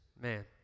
Man